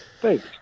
Thanks